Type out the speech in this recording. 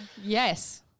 Yes